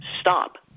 stop